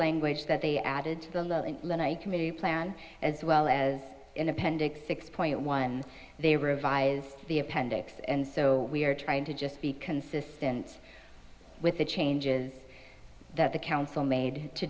language that they added to the committee plan as well as in appendix six point one they revise the appendix and so we are trying to just be consistent with the changes that the council made to